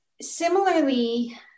similarly